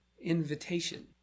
invitation